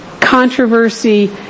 controversy